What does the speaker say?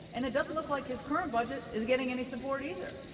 and it doesn't look like his current budget is getting any support either.